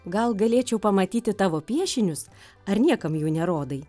gal galėčiau pamatyti tavo piešinius ar niekam jų nerodai